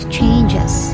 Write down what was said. changes